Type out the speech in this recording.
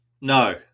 No